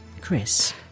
Chris